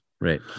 Right